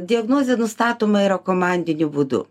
diagnozė nustatoma yra komandiniu būdu